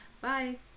Bye